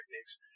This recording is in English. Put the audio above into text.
techniques